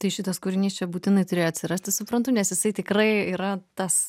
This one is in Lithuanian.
tai šitas kūrinys čia būtinai turėjo atsirasti suprantu nes jisai tikrai yra tas